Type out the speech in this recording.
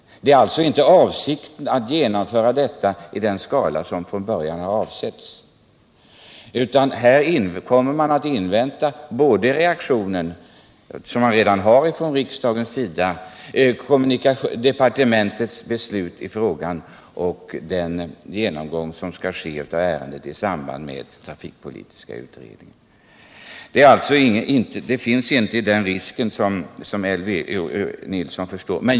Avsikten är alltså inte att genomföra detta i den skala som från början annonserades, utan här kommer man att invänta reaktioner från riksdagen — som man redan fått —, departementets beslut i frågan och den genomgång av ärendet som skall ske i samband med trafikpolitiska utredningen. Det finns alltså inte någon sådan risk som Elvy Nilsson talat om.